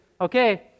okay